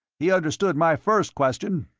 he understood my first question.